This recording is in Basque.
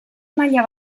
maila